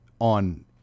on